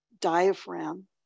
diaphragm